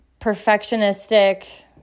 perfectionistic